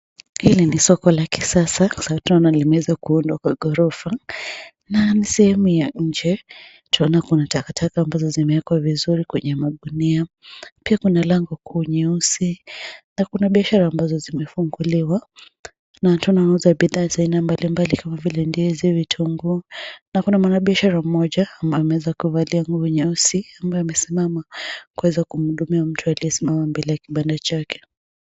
Hili ni soko la kisasa wa sababu tunaona limekekwa kando ya ghorofa, na ni sehemu ya nje kuna takataka limeekwa kwa gunia na kuna biashara ambazo zimefunguliwa na tuna bidhaa ambazo zinauzwa kama vile ndizi, vitunguu na kuna mwanabiashara moja amewezakuvalia nguo nyeusi akiwa amesimama kuweza kumhudumia mtu ambaye amesimama mbele ya kibanda chake.